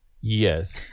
yes